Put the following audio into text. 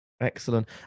excellent